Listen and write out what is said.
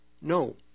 no